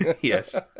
Yes